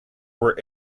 were